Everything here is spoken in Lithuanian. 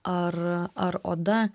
ar ar oda